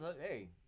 hey